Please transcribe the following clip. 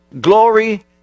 glory